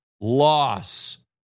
Loss